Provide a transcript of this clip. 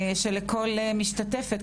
שלכל משתתפת,